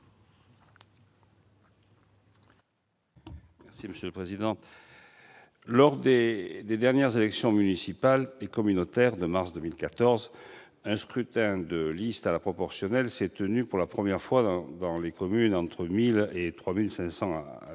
M. Jean-Pierre Grand. Lors des dernières élections municipales et communautaires de mars 2014, un scrutin de liste à la proportionnelle s'est tenu pour la première fois dans les communes de 1 000 à 3 500